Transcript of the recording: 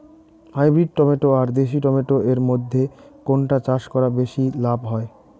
Hybrid tomato আর দেশি tomato এর মইধ্যে কোনটা চাষ করা বেশি লাভ হয়?